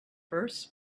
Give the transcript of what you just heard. first